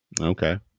Okay